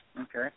Okay